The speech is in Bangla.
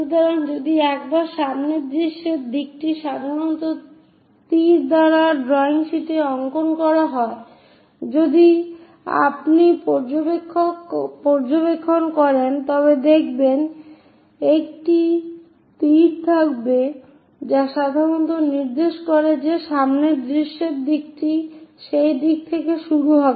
সুতরাং যদি একবার সামনের দৃশ্যের দিকটি সাধারণত তীর দ্বারা ড্রয়িং সীটে অঙ্কন করা হয় এবং যদি আপনি পর্যবেক্ষণ করেন তবে দেখবেন একটি তীর থাকবে যা সাধারণত নির্দেশ করে যে সামনের দৃশ্যের দিকটি সেই দিক থেকে শুরু হবে